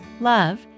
love